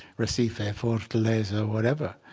recife, fortaleza, whatever.